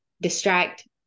distract